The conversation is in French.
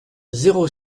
zéro